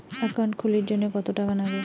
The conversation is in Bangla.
একাউন্ট খুলির জন্যে কত টাকা নাগে?